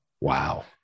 Wow